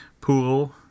pool